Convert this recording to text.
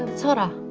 tomorrow.